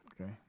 Okay